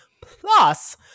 plus